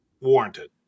warranted